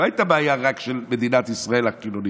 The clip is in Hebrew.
זו לא הייתה בעיה רק של מדינת ישראל החילונית.